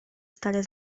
стали